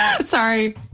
Sorry